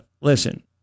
Listen